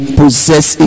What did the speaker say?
possess